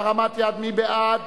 בהרמת יד, מי בעד